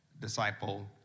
Disciple